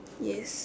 yes